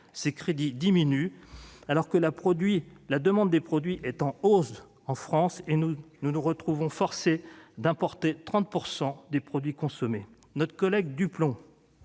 Les crédits diminuent, alors que la demande de produits bio est en hausse en France, et nous nous voyons forcés d'importer 30 % des produits consommés. Dans son rapport